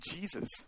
Jesus